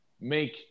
make